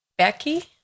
Becky